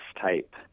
type